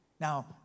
Now